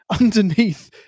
underneath